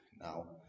now